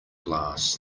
glass